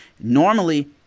normally